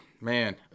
Man